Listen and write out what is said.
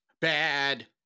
bad